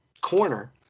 corner